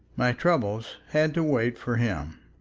my troubles had to wait for him.